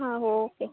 ಹಾಂ ಓಕೆ